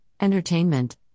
entertainment